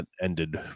ended